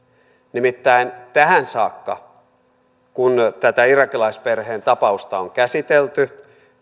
nimittäin tähän saakka vihreät kun tätä irakilaisperheen tapausta on käsitelty